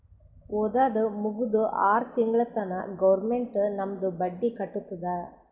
ಓದದ್ ಮುಗ್ದು ಆರ್ ತಿಂಗುಳ ತನಾ ಗೌರ್ಮೆಂಟ್ ನಮ್ದು ಬಡ್ಡಿ ಕಟ್ಟತ್ತುದ್